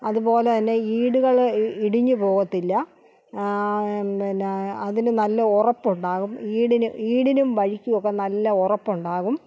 അതുപോലെ തന്നെ ഈടുകള് ഇടിഞ്ഞ് പോകത്തില്ല പിന്നെ അതിന് നല്ല ഉറപ്പ് ഉണ്ടാകും ഈടിന് ഈടിനും വഴിക്കും ഒക്കെ നല്ല ഉറപ്പുണ്ടാകും